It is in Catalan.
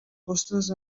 vostres